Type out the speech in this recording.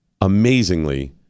amazingly